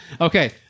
Okay